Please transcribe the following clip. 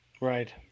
Right